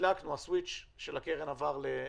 הדלקנו, הסוויץ' של הקרן עבר ל-on?